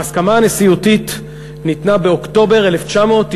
ההסכמה הנשיאותית ניתנה באוקטובר 1998